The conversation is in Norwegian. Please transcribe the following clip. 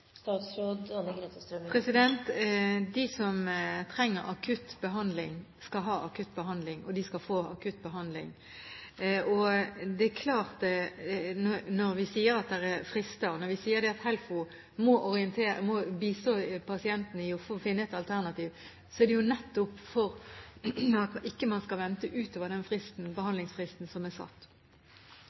De som trenger akutt behandling, skal ha akutt behandling, og de skal få akutt behandling. Det er klart at når vi sier at det er frister, når vi sier at HELFO må bistå pasienten i å finne et alternativ, så er det jo nettopp for at man ikke skal vente utover den behandlingsfristen som er satt.